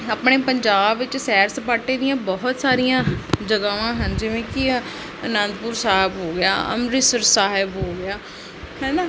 ਆਪਣੇ ਪੰਜਾਬ ਵਿੱਚ ਸੈਰ ਸਪਾਟੇ ਦੀਆਂ ਬਹੁਤ ਸਾਰੀਆਂ ਜਗ੍ਹਾਵਾਂ ਹਨ ਜਿਵੇਂ ਕਿ ਅਨੰਦਪੁਰ ਸਾਹਿਬ ਹੋ ਗਿਆ ਅੰਮ੍ਰਿਤਸਰ ਸਾਹਿਬ ਹੋ ਗਿਆ ਹੈ ਨਾ